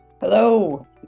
Hello